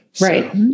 Right